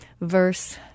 verse